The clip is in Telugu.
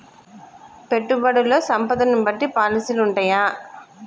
పెట్టుబడుల్లో సంపదను బట్టి పాలసీలు ఉంటయా?